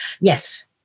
Yes